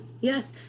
Yes